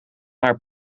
haar